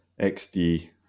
XD